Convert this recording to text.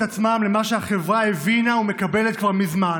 עצמם למה שהחברה הבינה ומקבלת כבר מזמן.